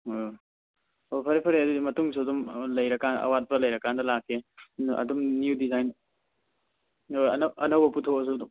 ꯍꯣꯏ ꯍꯣꯏ ꯑꯣ ꯐꯔꯦ ꯐꯔꯦ ꯑꯗꯨꯗꯤ ꯃꯇꯨꯡꯁꯨ ꯑꯗꯨꯝ ꯂꯩꯔꯀꯥꯟ ꯑꯋꯥꯠꯄ ꯂꯩꯔꯀꯥꯟꯗ ꯂꯥꯛꯀꯦ ꯑꯗꯨꯝ ꯅꯤꯎ ꯗꯤꯖꯥꯏꯟ ꯑꯅꯧꯕ ꯄꯨꯊꯣꯛꯑꯁꯨ ꯑꯗꯨꯝ